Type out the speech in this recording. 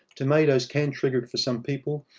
tomatoes can trigger it for some people.